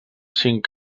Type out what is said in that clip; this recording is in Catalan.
cinc